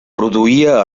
produïa